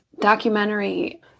documentary